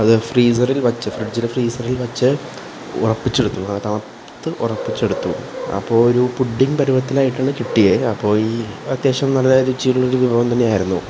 അത് ഫ്രീസറില് വെച്ച് ഫ്രിഡ്ജില് ഫ്രീസറില് വെച്ച് ഉറപ്പിച്ചെടുത്തു ഉറപ്പിച്ചെടുത്തു അപ്പോള് ഒരു പുഡ്ഡിങ്ങ് പരുവത്തിലായിട്ടാണ് കിട്ടിയത് അപ്പോള് ഈ അത്യാവശ്യം നല്ല രുചിയുള്ളൊരു വിഭവം തന്നെയായിരുന്നു